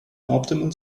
optimal